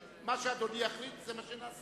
מה שאדוני יחליט, זה מה שנעשה.